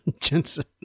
Jensen